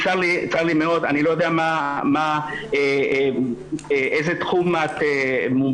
צר לי מאוד, אני לא יודע באיזה תחום את מומחית.